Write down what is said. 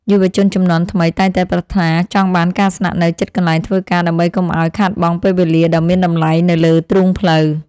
យុវជនជំនាន់ថ្មីតែងតែប្រាថ្នាចង់បានការស្នាក់នៅជិតកន្លែងធ្វើការដើម្បីកុំឱ្យខាតបង់ពេលវេលាដ៏មានតម្លៃនៅលើទ្រូងផ្លូវ។